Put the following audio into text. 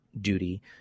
duty